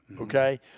Okay